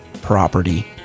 property